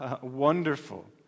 wonderful